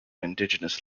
indigenous